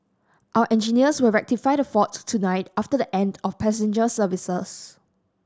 our engineers will rectify the fault tonight after the end of passenger services